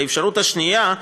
האפשרות השנייה,